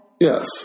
Yes